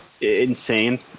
insane –